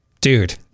Dude